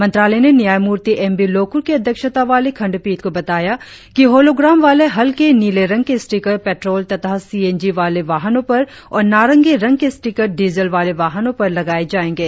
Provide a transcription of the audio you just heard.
मंत्रालय ने न्यायमूर्ति एम बी लोकुर की अध्यक्षता वाली खंडपीठ को बताया कि होलोग्राम वाले हल्के नीले रंग के स्टीकर पेट्रोल तथा सीएनजी वाले वाहनों पर और नारंगी रंग के स्टीकर डीजल वाले वाहनों पर लगाये जाएंगे